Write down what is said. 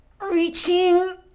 Reaching